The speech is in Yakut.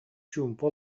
чуумпу